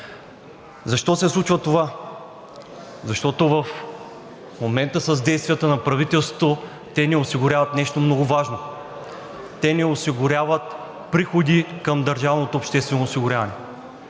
Защо се случва това? Защото в момента с действията на правителството не осигуряват нещо много важно – те не осигуряват приходи към държавното обществено осигуряване.